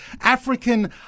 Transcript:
African